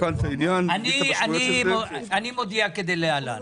אני מודיע כדלהלן.